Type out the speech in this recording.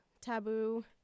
Taboo